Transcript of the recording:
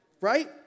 right